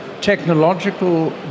Technological